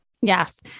Yes